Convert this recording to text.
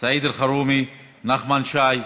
סעיד אלחרומי, נחמן שי,